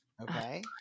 Okay